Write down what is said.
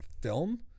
film